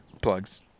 plugs